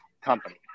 company